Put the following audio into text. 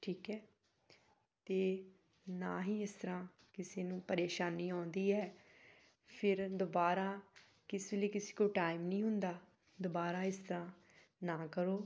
ਠੀਕ ਹੈ ਅਤੇ ਨਾ ਹੀ ਇਸ ਤਰ੍ਹਾਂ ਕਿਸੇ ਨੂੰ ਪਰੇਸ਼ਾਨੀ ਆਉਂਦੀ ਹੈ ਫਿਰ ਦੁਬਾਰਾ ਕਿਸ ਵੇਲੇ ਕਿਸੀ ਕੋਲ ਟਾਈਮ ਨਹੀਂ ਹੁੰਦਾ ਦੁਬਾਰਾ ਇਸ ਤਰ੍ਹਾਂ ਨਾ ਕਰੋ